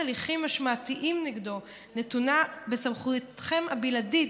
הליכים משמעתיים נגדו נתונות בסמכותכם הבלעדית,